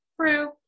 True